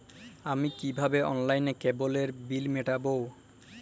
আমি কিভাবে অনলাইনে কেবলের বিল মেটাবো?